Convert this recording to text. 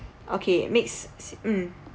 okay mix s~ mm